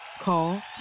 Call